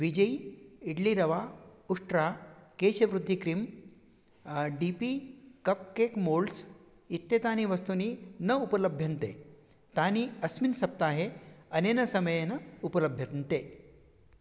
विजय् इड्ली रवा उष्ट्रा केशवृद्धि cream D P cupcake moulds इत्येतानि वस्तूनि न उपलभ्यन्ते तानि अस्मिन् सप्ताहे अनेन समयेन उपलभ्यन्ते